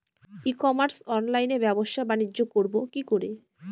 ই commerce অনলাইনে ব্যবসা বানিজ্য করব কি করে?